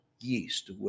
yeast